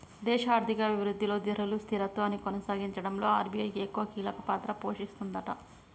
దేశ ఆర్థిక అభివృద్ధిలో ధరలు స్థిరత్వాన్ని కొనసాగించడంలో ఆర్.బి.ఐ ఎక్కువ కీలక పాత్ర పోషిస్తదట